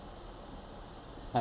I